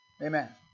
Amen